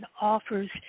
offers